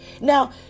Now